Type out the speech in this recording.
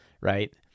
right